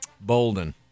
Bolden